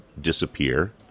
disappear